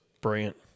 Brilliant